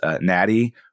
Natty